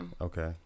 Okay